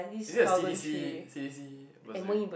is this a C_D_C C_D_C bursary